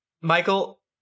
michael